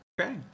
okay